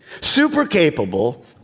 super-capable